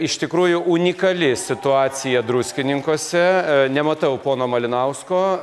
iš tikrųjų unikali situacija druskininkuose nematau pono malinausko